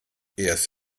erst